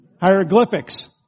Hieroglyphics